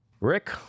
Rick